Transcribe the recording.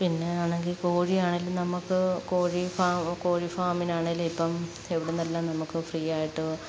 പിന്നെ ആണെങ്കിൽ കോഴി ആണെങ്കിലും നമുക്ക് കോഴി ഫാം കോഴിഫാമിനാണെങ്കിലും ഇപ്പം എവിടെ നിന്നെല്ലാം നമുക്ക് ഫ്രീ ആയിട്ട്